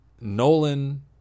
Nolan